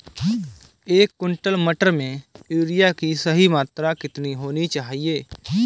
एक क्विंटल मटर में यूरिया की सही मात्रा कितनी होनी चाहिए?